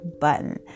button